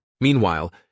Meanwhile